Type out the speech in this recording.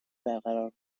برقرار